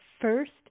first